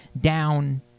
down